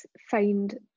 find